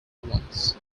ones